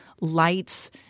lights